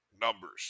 numbers